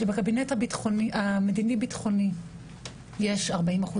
כשבקבינט המדיני ביטחוני יש 40%